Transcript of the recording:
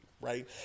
right